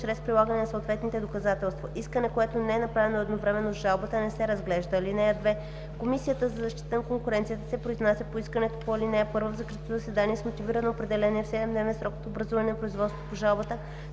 чрез прилагане на съответни доказателства. Искане, което не е направено едновременно с жалбата, не се разглежда. (2) Комисията за защита на конкуренцията се произнася по искането по ал. 1 в закрито заседание с мотивирано определение в 7-дневен срок от образуване на производството по жалбата,